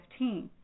2015